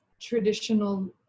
traditional